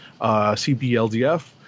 CBLDF